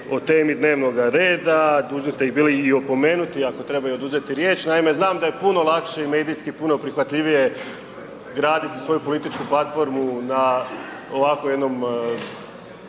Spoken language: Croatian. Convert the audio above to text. o temi dnevnoga reda, dužni ste ih bili i opomenuti ako treba i oduzeti riječ. Naime znam da je puno lakše i medijski puno prihvatljivije graditi svoju političku platformu na ovako jednom